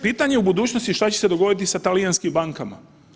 Pitanje je u budućnosti šta će se dogoditi sa talijanskim bankama.